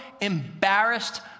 embarrassed